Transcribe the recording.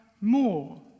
more